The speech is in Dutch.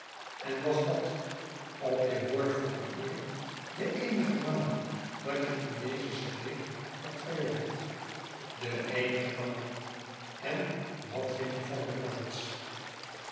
en was dat op je woord van eer de eenige maal dat je in deze streek hebt gewerkt de eenige maal en wat vindt je van de plaats